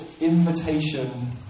invitation